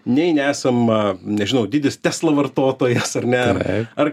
nei nesam a nežinau didis tesla vartotojas ar ne ar